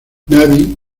navy